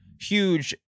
huge